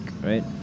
right